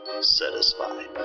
satisfied